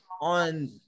on